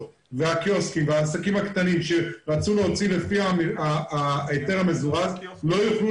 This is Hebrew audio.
והקיוסקים והעסקים הקטנים שרצו להוציא לפי ההיתר המזורז לא יוכלו